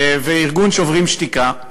וארגון "שוברים שתיקה".